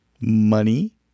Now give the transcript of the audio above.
money